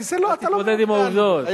תתמודד עם העובדות.